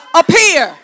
appear